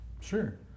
sure